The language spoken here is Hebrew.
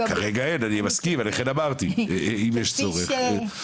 כרגע אין, אני מסכים, לכן אמרתי 'אם יש צורך'.